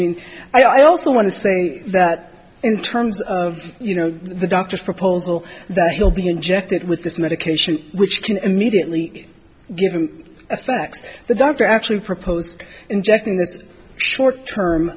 mean i also want to say that in terms of you know the doctor's proposal that he'll be injected with this medication which can immediately give him effects the doctor actually propose injecting this short term